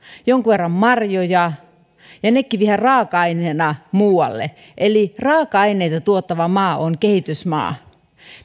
jonkun verran marjoja ja nekin viedään raaka aineena muualle raaka aineita tuottava maa on kehitysmaa